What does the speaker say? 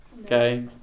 Okay